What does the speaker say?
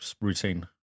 routine